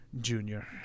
junior